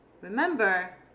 Remember